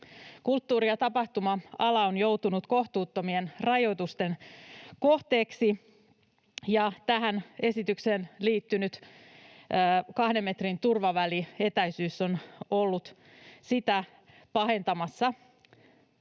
Kulttuuri- ja tapahtuma-ala on joutunut kohtuuttomien rajoitusten kohteeksi, ja tähän esitykseen liittynyt kahden metrin turvavälietäisyys on ollut sitä pahentamassa.